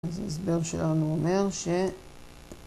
ההסבר שלנו אומר ש...